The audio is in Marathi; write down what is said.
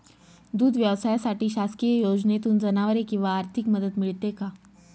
दूध व्यवसायासाठी शासकीय योजनेतून जनावरे किंवा आर्थिक मदत मिळते का?